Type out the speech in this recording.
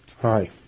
Hi